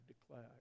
declared